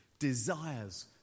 desires